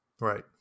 right